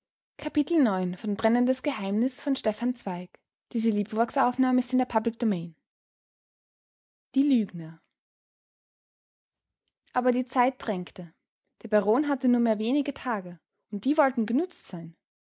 aber die zeit drängte der baron hatte nur mehr wenige tage und die wollten genützt sein